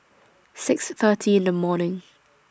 six thirty in The morning